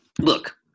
look